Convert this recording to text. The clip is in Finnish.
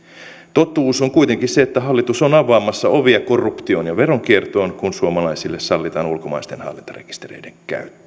totuus on kuitenkin se että hallitus on avaamassa ovia korruptioon ja veronkiertoon kun suomalaisille sallitaan ulkomaisten hallintarekistereiden käyttö